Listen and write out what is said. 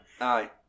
aye